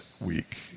week